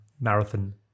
marathon